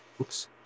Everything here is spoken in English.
Oops